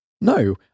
no